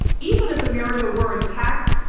even if america were attacked,